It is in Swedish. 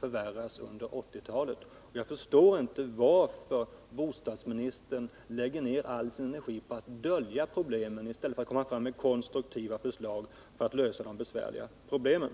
förvärras under 1980-talet. Jag förstår inte varför bostadsministern lägger ned all sin energi på att dölja problemen i stället för att söka få fram konstruktiva förslag till hur man skall lösa dem.